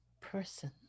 person